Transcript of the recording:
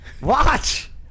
Watch